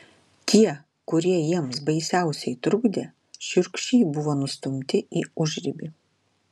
tie kurie jiems baisiausiai trukdė šiurkščiai buvo nustumti į užribį